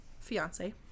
fiance